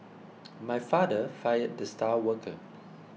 my father fired the star worker